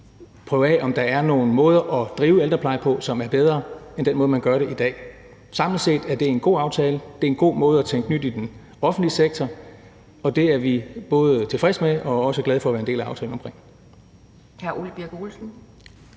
prøve af, om der er nogen måder at drive ældreplejen på, som er bedre end den måde, man gør det på i dag. Samlet set er det en god aftale. Det er en god måde at tænke nyt på i den offentlige sektor, og det er vi både tilfredse med og også glade for at være en del af aftalen omkring.